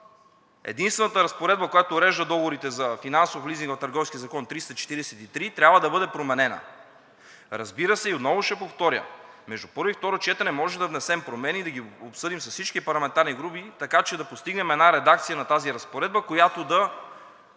единствената разпоредба, която урежда договорите за финансов лизинг в Търговския закон – триста четиридесет и три, трябва да бъде променена. Разбира се, отново ще повторя, между първо и второ четене можем да внесем промени и да ги обсъдим с всички парламентарни групи, така че да постигнем една редакция на тази разпоредба, която да